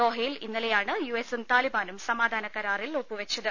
ദോഹയിൽ ഇന്നലെയാണ് യു എസും താലിബാനും സമാധാന കരാറിൽ ഒപ്പു വെച്ചത്